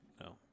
No